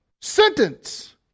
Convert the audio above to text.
sentence